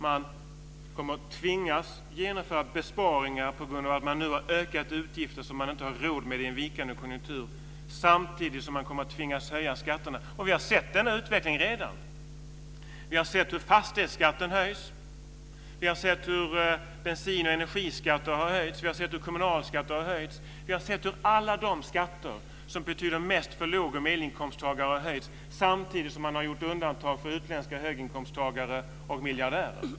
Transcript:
Man kommer att tvingas genomföra besparingar på grund av att man nu har större utgifter som man inte har råd med i en vikande konjunktur, samtidigt som man kommer att tvingas höja skatterna. Vi har redan sett den utvecklingen. Vi har sett hur fastighetsskatten höjs. Vi har sett hur bensin och energiskatter höjs. Vi har sett hur kommunalskatter har höjts. Vi har sett hur alla de skatter som betyder mest för låg och medelinkomsttagare har höjts samtidigt som man har gjort undantag för utländska höginkomsttagare och miljardärer.